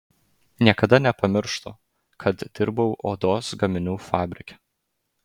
niekada nepamirštu kad dirbau odos gaminių fabrike